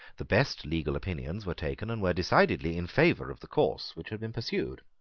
the best legal opinions were taken, and were decidedly in favour of the course which had been pursued.